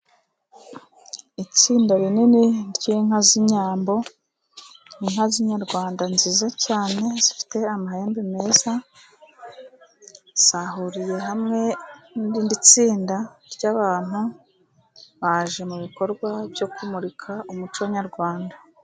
Itsinda rinini ry'inka z'inyambo, ni inka z'inyarwanda nziza cyane zifite amahembe meza, zahuriye hamwe n'irindi tsinda ry'abantu, baje mu bikorwa byo kumurika umuco nyarwanda.